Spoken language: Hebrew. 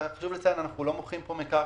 אנחנו לא מוכרים פה מקרקעין.